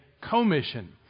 commission